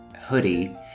hoodie